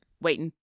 waiting